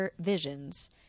visions